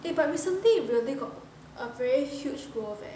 eh but you really got a very huge growth eh